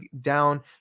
down